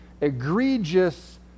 egregious